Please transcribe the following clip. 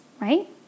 right